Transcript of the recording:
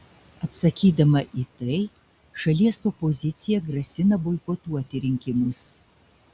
atsakydama į tai šalies opozicija grasina boikotuoti rinkimus